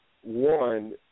one